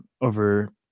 over